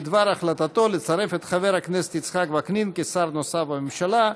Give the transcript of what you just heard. בדבר החלטתה לצרף את חבר הכנסת יצחק וקנין כשר נוסף בממשלה.